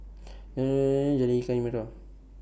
Jalan Ikan Merah